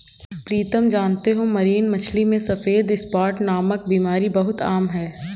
प्रीतम जानते हो मरीन मछली में सफेद स्पॉट नामक बीमारी बहुत आम है